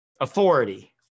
authority